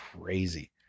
crazy